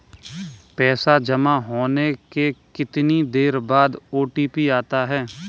पैसा जमा होने के कितनी देर बाद ओ.टी.पी आता है?